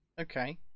okay